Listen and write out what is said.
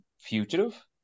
fugitive